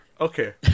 Okay